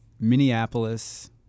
Minneapolis